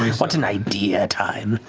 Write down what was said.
what an idea, time.